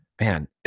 man